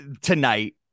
tonight